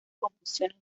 composiciones